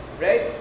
right